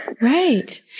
Right